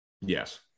Yes